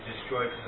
destroyed